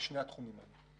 התחומים האלה,